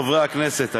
חברי הכנסת,